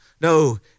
No